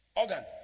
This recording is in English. organ